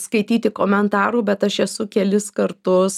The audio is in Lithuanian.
skaityti komentarų bet aš esu kelis kartus